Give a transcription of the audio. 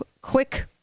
quick